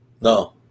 No